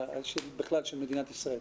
בכלל של מדינת ישראל.